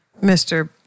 Mr